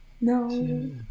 No